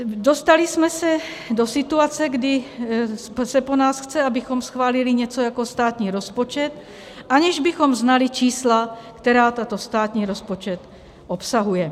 Dostali jsme se do situace, kdy se po nás chce, abychom schválili něco jako státní rozpočet, aniž bychom znali čísla, která tento státní rozpočet obsahuje.